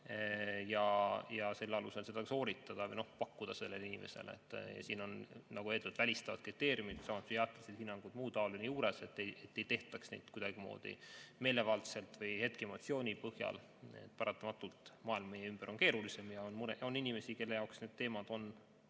ja selle alusel seda sooritada või pakkuda seda sellele inimesele. Siin on, nagu öeldud, välistavad kriteeriumid, teadlaste hinnangud ja muu taoline juures, et ei tehtaks seda kuidagi meelevaldselt või hetkeemotsiooni põhjal. Paratamatult on maailm meie ümber keerulisem ja on inimesi, kelle jaoks need teemad on